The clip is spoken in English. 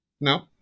No